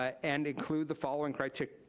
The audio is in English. and include the following criteria,